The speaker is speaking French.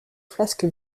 flasque